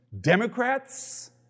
Democrats